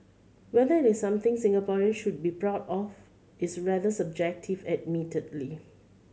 whether it is something Singaporeans should be proud of is rather subjective admittedly